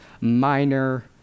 minor